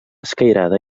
escairada